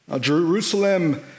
Jerusalem